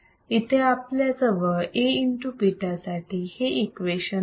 इथे आपल्याजवळ Aβ साठी हे इक्वेशन आहे